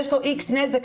יש לו איקס נזק,